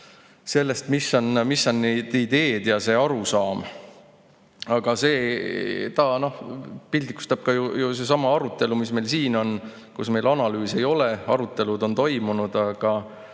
saada, mis on nende ideed ja arusaam. Seda piltlikustab ka ju seesama arutelu, mis meil siin on, kus meil analüüse ei ole. Arutelud on toimunud, aga